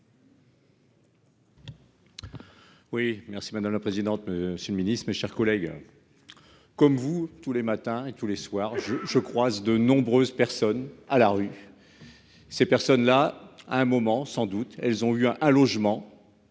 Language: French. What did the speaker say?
Oui merci madame la présidente. Monsieur le Ministre, mes chers collègues. Comme vous tous les matins et tous les soirs je je croise de nombreuses personnes à la rue. Ces personnes-là, à un moment sans doute, elles ont eu hein ah logement.